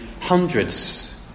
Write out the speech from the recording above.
Hundreds